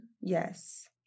Yes